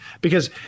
Because-